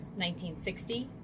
1960